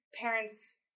parents